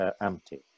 empty